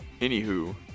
anywho